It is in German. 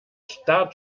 start